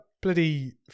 bloody